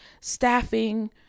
staffing